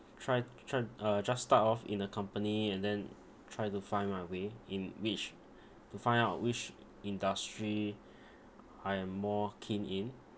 try try uh just start off in a company and then try to find my way in which to find out which industry I am more keen in